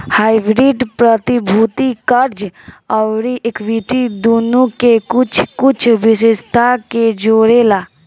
hybrid प्रतिभूति, कर्ज अउरी इक्विटी दुनो के कुछ कुछ विशेषता के जोड़ेला